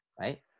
right